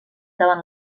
davant